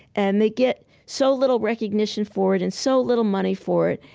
and they get so little recognition for it, and so little money for it.